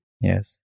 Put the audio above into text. yes